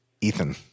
Ethan